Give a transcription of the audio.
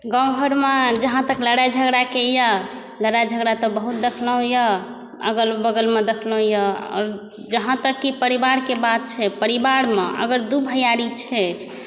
गाँव घरमे जहाँ तक लड़ाइ झगड़ाके यऽ लड़ाइ झगड़ा तऽ बहुत देखलहुँ यऽ अगल बगलमे देखलहुँ यऽ आओर जहाँ तक कि परिवारकेँ बात छै परिवारमे अगर दू भइयारी छै